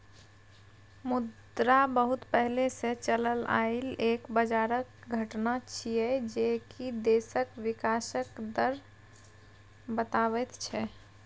मुद्रा बहुत पहले से चलल आइल एक बजारक घटना छिएय जे की देशक विकासक दर बताबैत छै